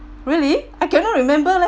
really I cannot remember leh